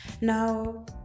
now